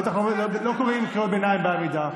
לא קוראים קריאות ביניים בעמידה.